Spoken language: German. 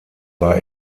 war